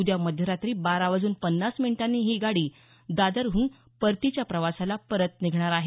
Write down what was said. उद्या मध्यरात्री बारा वाजून पन्नास मिनिटांनी ही गाडी दादरहून परतीच्या प्रवासाला परत निघणार आहे